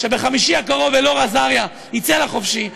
שבחמישי הקרוב אלאור אזריה יצא לחופשי,